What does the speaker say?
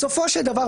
בסופו של דבר,